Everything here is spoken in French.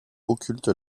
occulte